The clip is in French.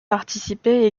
participait